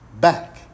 back